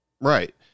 Right